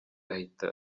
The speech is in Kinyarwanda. ahita